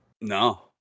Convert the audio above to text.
No